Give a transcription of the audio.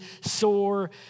sore